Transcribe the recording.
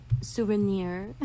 Souvenir